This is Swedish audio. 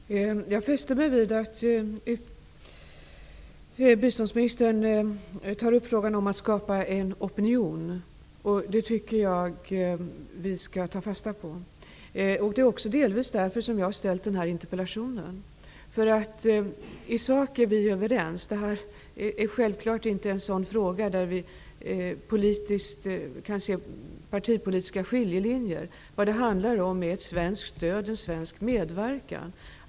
Herr talman! Jag fäste mig vid att biståndsministern tog upp frågan om att skapa en opinion. Det tycker jag att vi skall ta fasta på. Det är delvis därför som jag har framställt min interpellation. I sak är vi överens. Det här är självklart inte en sådan fråga där vi kan se partipolitiska skiljelinjer. Vad det handlar om är ju ett svenskt stöd och en svensk medverkan.